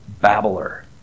babbler